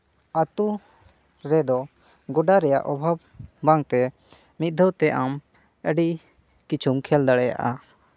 ᱟᱹᱛᱳ ᱨᱮᱫᱚ ᱜᱚᱰᱟ ᱨᱮᱭᱟᱜ ᱚᱵᱷᱟᱵᱽ ᱵᱟᱝ ᱛᱮ ᱢᱤᱫ ᱫᱷᱟᱹᱣ ᱛᱮ ᱟᱢ ᱟᱹᱰᱤ ᱠᱤᱪᱷᱩᱢ ᱠᱷᱮᱹᱞ ᱫᱟᱲᱮᱭᱟᱜᱼᱟ